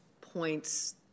points